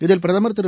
இதில் பிரதமர் திரு